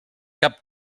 cap